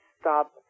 stop